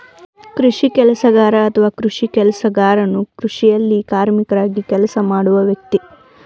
ಕೃಷಿ ಕೆಲಸಗಾರ ಅಥವಾ ಕೃಷಿ ಕೆಲಸಗಾರನು ಕೃಷಿಯಲ್ಲಿ ಕಾರ್ಮಿಕರಾಗಿ ಕೆಲಸ ಮಾಡುವ ವ್ಯಕ್ತಿ